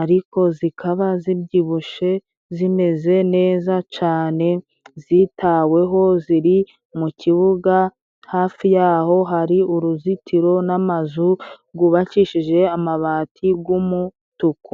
ariko zikaba zibyibushe zimeze neza cane, zitaweho, ziri mu kibuga hafi yaho hari uruzitiro n'amazu rwubakishije amabati g'umutuku.